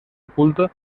oculto